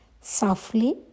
Softly